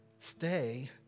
stay